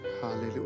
Hallelujah